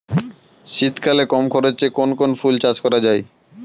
শীতকালে কম খরচে কোন কোন ফুল চাষ করা য়ায়?